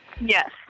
Yes